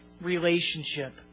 relationship